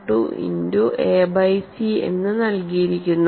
12 into a by c എന്ന് നൽകിയിരിക്കുന്നു